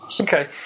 Okay